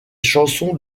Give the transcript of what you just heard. chansons